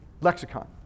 lexicon